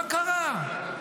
מה קרה?